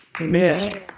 Amen